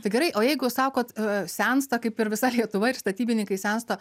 tai gerai o jeigu sakot sensta kaip ir visa lietuva ir statybininkai sensta